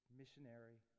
missionary